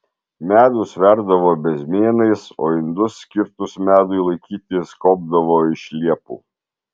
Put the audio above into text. medų sverdavo bezmėnais o indus skirtus medui laikyti skobdavo iš liepų